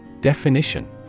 Definition